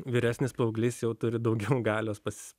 vyresnis paauglys jau turi daugiau galios pas